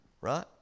right